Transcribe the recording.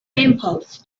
impulse